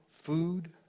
food